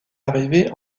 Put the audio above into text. arrivées